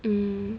mm